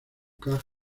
caja